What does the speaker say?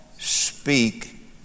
Speak